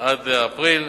עד אפריל.